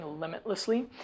limitlessly